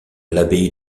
l’abbaye